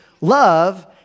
Love